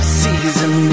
season